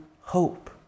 hope